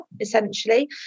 essentially